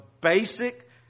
basic